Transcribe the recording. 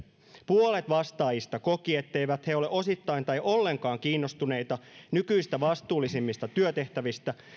puolet vastaajista koki etteivät he ole osittain tai ollenkaan kiinnostuneita nykyistä vastuullisemmista työtehtävistä